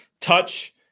touch